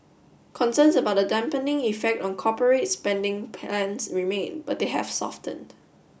concerns about the dampening effect on corporate spending plans remain but they have softened